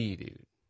dude